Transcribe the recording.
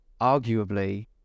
arguably